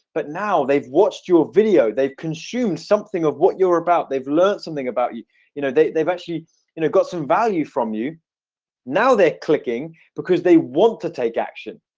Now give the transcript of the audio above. but now they've watched your ah video they've consumed something of what you're about. they've learned something about you you know they've they've actually you know got some value from you now. they're clicking because they want to take action,